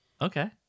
Okay